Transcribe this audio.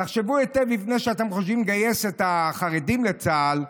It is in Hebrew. תחשבו היטב לפני שאת חושבים לגייס את החרדים לצה"ל.